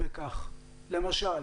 למשל.